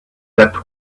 that